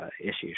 issues